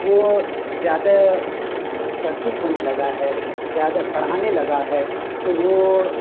وہ زیادہ چرچت ہونے لگا ہے زیادہ پڑھانے لگا ہے تو وہ